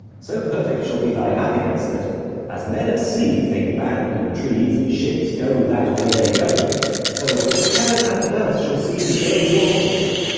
so perfect shall be thy happiness, that as men at sea think land, and trees, and ships, go that way they go so both heaven and earth shall seem to go your voyage.